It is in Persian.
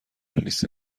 لیست